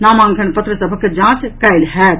नामांकन पत्र सभक जांच काल्हि होयत